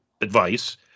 advice